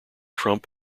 trump